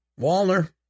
Walner